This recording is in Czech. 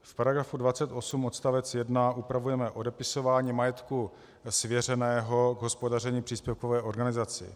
V § 28 odst. 1 upravujeme odepisování majetku svěřeného k hospodaření příspěvkové organizaci.